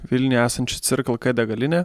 vilniuje esančią circle k degalinę